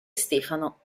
stefano